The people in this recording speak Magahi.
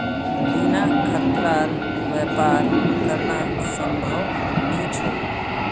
बिना खतरार व्यापार करना संभव नी छोक